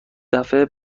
دفعه